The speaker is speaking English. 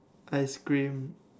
ice cream